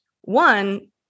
one